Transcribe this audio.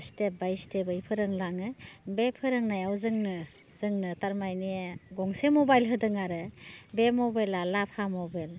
step by step बै फोरोंलाङो बे फोरोंनायाव जोंनो जोंनो थारमानि गंसे मबाइल होदों आरो बे मबाइलआ लाभा मबाइल